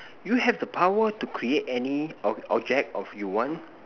you have the power to create any of object of you want